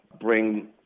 bring